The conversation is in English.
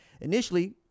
Initially